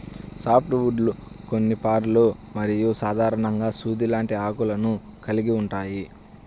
soft వుడ్లు కోనిఫర్లు మరియు సాధారణంగా సూది లాంటి ఆకులను కలిగి ఉంటాయి